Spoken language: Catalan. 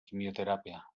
quimioteràpia